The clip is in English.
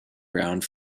ground